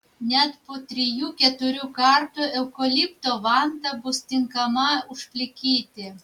net po trijų keturių kartų eukalipto vanta bus tinkama užplikyti